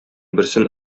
берсен